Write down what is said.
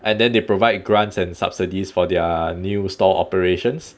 and then they provide grants and subsidies for their new store operations